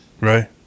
right